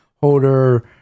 holder